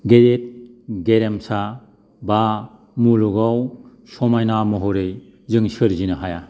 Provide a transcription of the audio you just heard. गेदेर गेरेमसा बा मुलुगाव समायना महरै जों सोरजिनो हाया